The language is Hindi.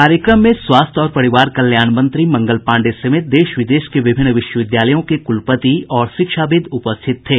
कार्यक्रम में स्वास्थ्य और परिवार कल्याण मंत्री मंगल पांडेय समेत देश विदेश के विभिन्न विश्वविद्यालयों के कुलपति और शिक्षाविद् उपस्थित थे